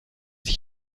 sich